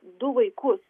du vaikus